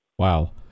Wow